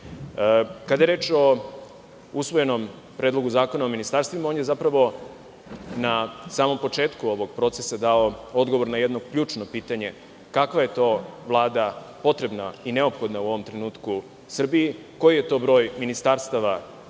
je reč o usvojenom Predlogu zakona o ministarstvima, on je zapravo na samom početku ovog procesa dao odgovor na jedno ključno pitanje – kakva je to vlada potrebna i neophodna u ovom trenutku Srbiji, koji je to broj ministarstava